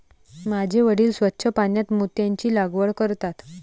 माझे वडील स्वच्छ पाण्यात मोत्यांची लागवड करतात